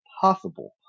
possible